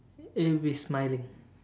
it will be smiling